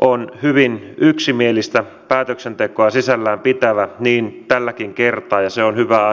on hyvin yksimielistä päätöksentekoa sisällään pitävä niin tälläkin kertaa ja se on hyvä asia